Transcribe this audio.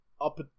up